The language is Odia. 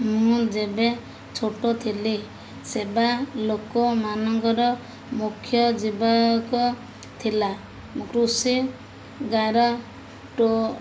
ମୁଁ ଯେବେ ଛୋଟ ଥିଲି ସେବା ଲୋକମାନଙ୍କର ମୁଖ୍ୟ ଯିବାକ ଥିଲା କୃଷି ଦ୍ୱାରା